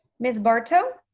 miss barto?